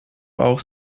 auch